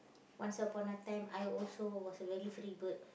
once upon a time I also was a very free bird